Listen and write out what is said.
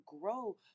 grow